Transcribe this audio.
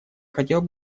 хотел